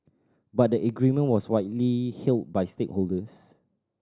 but the agreement was widely hailed by stakeholders